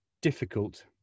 difficult